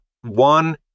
one